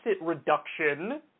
reduction